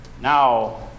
Now